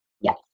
Yes